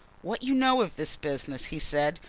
what you know of this business, he said.